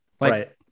right